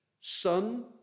Son